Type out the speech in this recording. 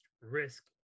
risk